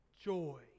Joy